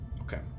okay